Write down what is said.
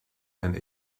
and